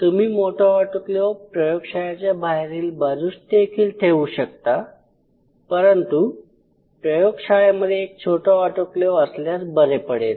तुम्ही मोठा ऑटोक्लेव प्रयोगशाळेच्या बाहेरील बाजूस देखील ठेवू शकता परंतु प्रयोगशाळेमध्ये एक छोटा ऑटोक्लेव असल्यास बरे पडेल